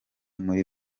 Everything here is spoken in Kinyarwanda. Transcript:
muri